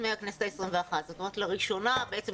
לראשונה אני נכנסת לוועדה שתעבוד.